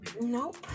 Nope